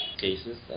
cases